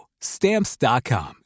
Stamps.com